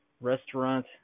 restaurant